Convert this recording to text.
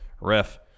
Ref